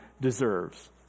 deserves